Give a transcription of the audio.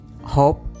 Hope